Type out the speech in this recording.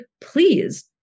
please